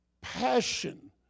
passion